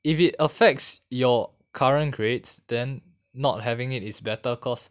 if it affects your current grades then not having it is better cause